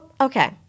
Okay